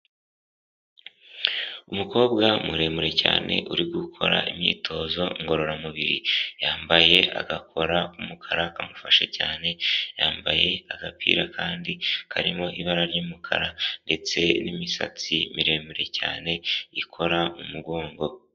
Umukobwa muremure cyane, uri gukora imyitozo ngororamubiri. Yambaye agakora k'umukara kamufashe cyane, yambaye agapira kandi karimo ibara ry'umukara ndetse n'imisatsi miremire cyane ikora mu mugongo.